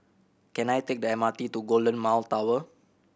can I take the M R T to Golden Mile Tower